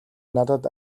надад